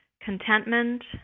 contentment